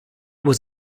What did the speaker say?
was